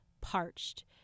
parched